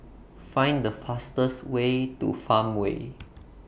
Find The fastest Way to Farmway